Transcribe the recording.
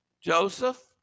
Joseph